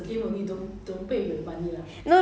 to change right need twenty eight dollars leh